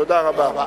תודה רבה.